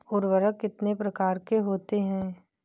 उर्वरक कितने प्रकार के होते हैं?